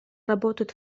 работают